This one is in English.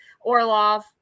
Orlov